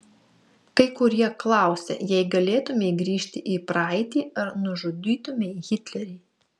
kai kurie klausia jei galėtumei grįžti į praeitį ar nužudytumei hitlerį